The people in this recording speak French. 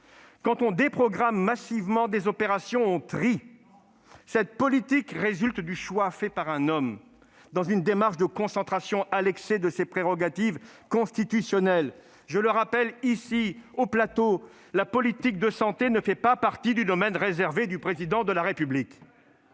Quand on déprogramme massivement des opérations, on trie ! Non ! Cette politique résulte du choix fait par un homme, dans une démarche de concentration excessive de ses prérogatives constitutionnelles. Je le rappelle à cette tribune : la politique de santé ne fait pas partie du domaine réservé du Président de la République